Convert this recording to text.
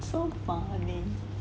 so far only